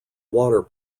water